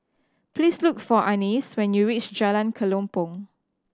please look for Annis when you reach Jalan Kelempong